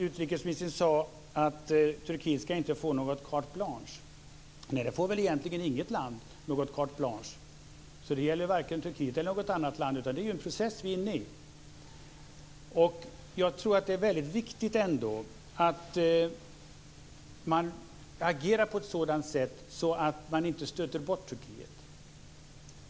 Utrikesministern sade att Turkiet inte ska få något carte blanche. Nej, det får väl egentligen inte något land, så det gäller varken Turkiet eller något annat land. Det handlar ju om en process som vi är inne i. Jag tror att det är väldigt viktigt att man agerar på ett sådant sätt att man inte stöter bort Turkiet.